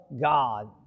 God